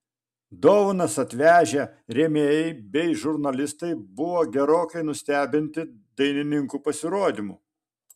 dovanas atvežę rėmėjai bei žurnalistai buvo gerokai nustebinti dainininkų pasirodymu